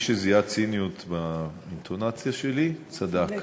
מי שזיהה ציניות באינטונציה שלי, צדק.